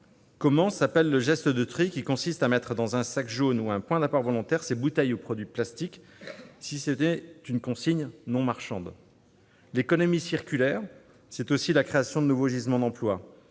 Comment s'appelle le geste de tri qui consiste à mettre dans un sac jaune ou un point d'apport volontaire ses bouteilles ou produits plastiques, si ce n'est une consigne non marchande ? L'économie circulaire, c'est aussi la création de nouveaux gisements d'emplois.